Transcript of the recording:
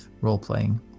role-playing